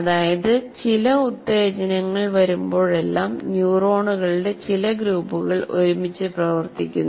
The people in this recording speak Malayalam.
അതായത് ചില ഉത്തേജനങ്ങൾ വരുമ്പോഴെല്ലാം ന്യൂറോണുകളുടെ ചില ഗ്രൂപ്പുകൾ ഒരുമിച്ച് പ്രവർത്തിക്കുന്നു